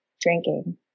drinking